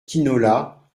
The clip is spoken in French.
quinola